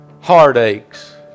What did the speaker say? Heartaches